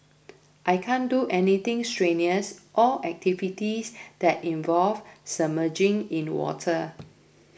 I can't do anything strenuous or activities that involve submerging in water